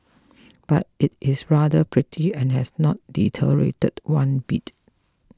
but it is rather pretty and has not deteriorated one bit